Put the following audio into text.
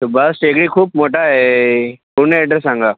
सुभाष टेकडी खूप मोठा आहे पूर्ण ॲड्रेस सांगा